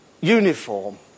uniform